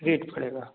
rate पड़ेगा